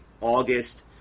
August